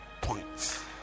points